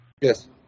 Yes